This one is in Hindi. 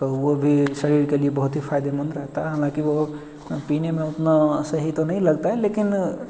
तो वो भी शरीर के लिए बहुत ही फायदेमंद रहता है हालांकि वो पीने में उतना सही तो नहीं लगता लेकिन